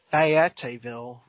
Fayetteville